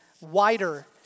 wider